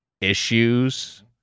issues